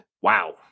wow